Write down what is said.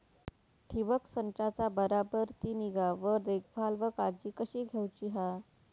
ठिबक संचाचा बराबर ती निगा व देखभाल व काळजी कशी घेऊची हा?